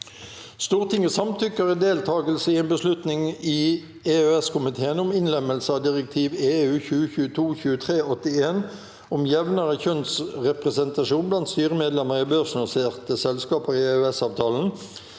Stortinget samtykker i deltakelse i en beslutning i EØS-komiteen om innlemmelse av direktiv (EU) 2022/ 2381 om jevnere kjønnsrepresentasjon blant styremedlemmer i børsnoterte selskaper i EØS-avtalen.